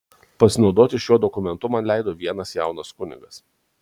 pasinaudoti šiuo dokumentu man leido vienas jaunas kunigas